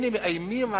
הנה מאיימים עלינו.